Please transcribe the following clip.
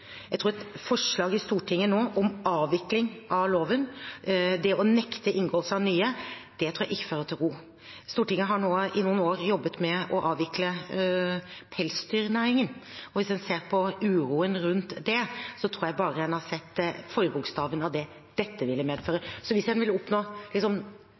Et forslag i Stortinget nå om avvikling av loven, det å nekte inngåelse av nye festekontrakter, tror jeg ikke fører til ro. Stortinget har nå i noen år jobbet med å avvikle pelsdyrnæringen. Hvis man ser på uroen rundt det, tror jeg man bare har sett forbokstaven av det dette ville